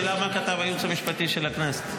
השאלה, מה כתב הייעוץ המשפטי של הכנסת.